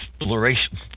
exploration